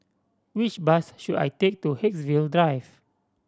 which bus should I take to Haigsville Drive